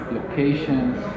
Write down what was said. locations